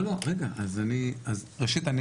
ראשית,